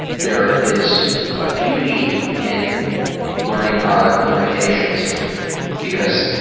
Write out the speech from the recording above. there is a beauty in learning our limitations because